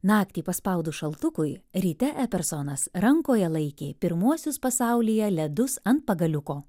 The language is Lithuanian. naktį paspaudus šaltukui ryte epersonas rankoje laikė pirmuosius pasaulyje ledus ant pagaliuko